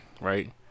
Right